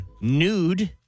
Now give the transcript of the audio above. nude